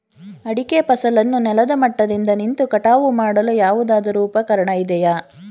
ಅಡಿಕೆ ಫಸಲನ್ನು ನೆಲದ ಮಟ್ಟದಿಂದ ನಿಂತು ಕಟಾವು ಮಾಡಲು ಯಾವುದಾದರು ಉಪಕರಣ ಇದೆಯಾ?